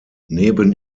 neben